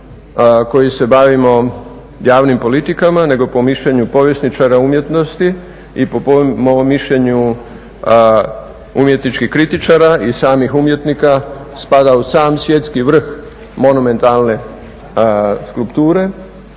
koji se bavimo javnim politikama nego po mišljenju povjesničara umjetnosti i po …/Govornik se ne razumije./… mišljenju umjetničkih kritičara i samih umjetnika spada u sam svjetski vrh monumentalne skulpture